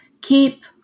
Keep